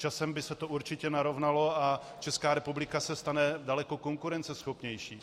Časem by se to určitě narovnalo, a Česká republika se stane daleko konkurenceschopnější.